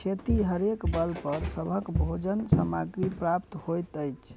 खेतिहरेक बल पर सभक भोजन सामग्री प्राप्त होइत अछि